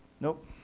Nope